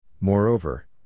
Moreover